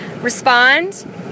Respond